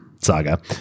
saga